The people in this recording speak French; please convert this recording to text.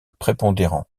prépondérant